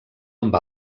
amb